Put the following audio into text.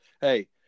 hey –